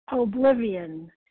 Oblivion